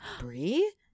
Brie